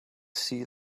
see